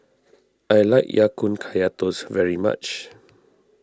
I like Ya Kun Kaya Toast very much